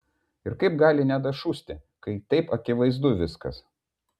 ir kaip gali nedašusti kai taip akivaizdu viskas